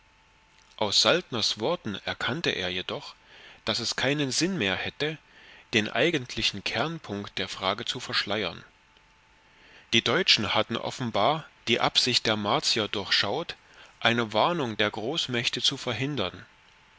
aus saltners worten erkannte er jedoch daß es keinen sinn mehr hätte den eigentlichen kernpunkt der frage zu verschleiern die deutschen hatten offenbar die absicht der martier durchschaut eine warnung der großmächte zu verhindern